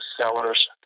sellers